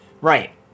Right